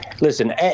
Listen